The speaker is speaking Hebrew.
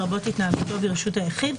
לרבות התנהגותו ברשות היחיד".